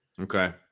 Okay